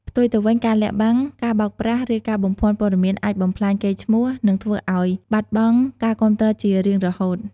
ផ្ទុយទៅវិញ ការលាក់បាំង ការបោកប្រាស់ ឬការបំភាន់ព័ត៌មានអាចបំផ្លាញកេរ្តិ៍ឈ្មោះ និងធ្វើឱ្យបាត់បង់ការគាំទ្រជារៀងរហូត។